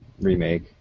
remake